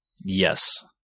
Yes